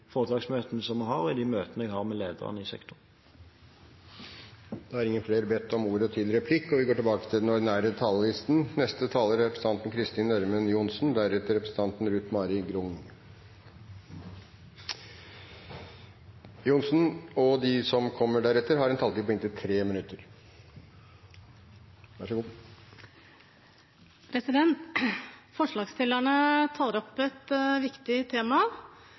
foretaksmøtene som vi har, og i de møtene jeg har med lederne i sektoren. Replikkordskiftet er omme. De talere som heretter får ordet, har en taletid på inntil 3 minutter. Forslagsstillerne tar opp et viktig tema: